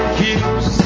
keeps